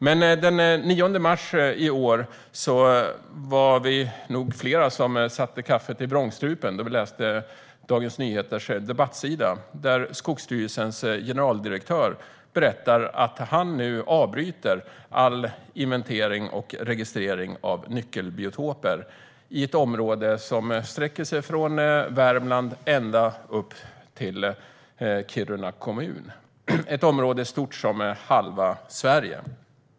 Men den 9 mars i år var vi nog flera som satte kaffet i vrångstrupen när vi läste Dagens Nyheters debattsida där Skogsstyrelsens generaldirektör berättade att han nu avbryter all inventering och registrering av nyckelbiotoper i ett område som sträcker sig från Värmland ända upp till Kiruna kommun. Det är ett område stort som halva Sverige.